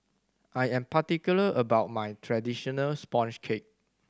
I am particular about my traditional sponge cake